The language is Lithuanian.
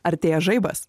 artėja žaibas